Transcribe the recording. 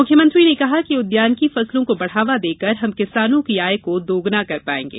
मुख्यमंत्री ने कहा कि उदयानिकी फसलों को बढ़ावा देकर हम किसानों की आय को दोगुना कर पाएंगे